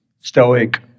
Stoic